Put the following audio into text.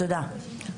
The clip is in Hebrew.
תודה.